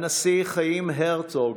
הנשיא חיים הרצוג,